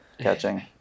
catching